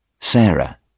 Sarah